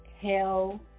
hell